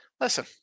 Listen